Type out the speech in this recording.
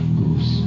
goes